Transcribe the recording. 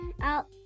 out